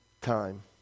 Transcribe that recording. time